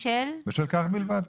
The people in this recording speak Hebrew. בשל כך בלבד.